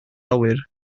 awyr